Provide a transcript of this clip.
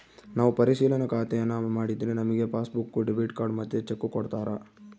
ನಾವು ಪರಿಶಿಲನಾ ಖಾತೇನಾ ಮಾಡಿದ್ರೆ ನಮಿಗೆ ಪಾಸ್ಬುಕ್ಕು, ಡೆಬಿಟ್ ಕಾರ್ಡ್ ಮತ್ತೆ ಚೆಕ್ಕು ಕೊಡ್ತಾರ